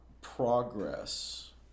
progress